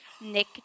Nick